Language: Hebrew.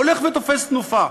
הולך ותופס תנופה.